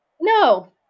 No